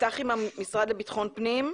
נפתח עם המשרד לביטחון פנים.